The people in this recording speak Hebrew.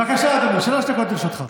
בבקשה, אדוני, שלוש דקות לרשותך.